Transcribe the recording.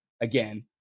again